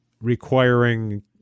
requiring